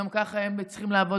גם ככה הם צריכים לעבוד